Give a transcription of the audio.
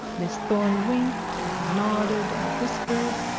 miss thorne winked and nodded and whispered,